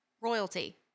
royalty